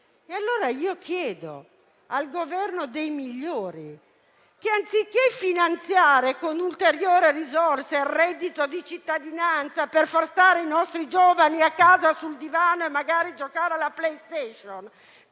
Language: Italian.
Chiedo dunque al Governo dei migliori: anziché finanziare con ulteriori risorse il reddito di cittadinanza, per far stare i nostri giovani a casa sul divano, magari a giocare alla *playstation*,